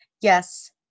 Yes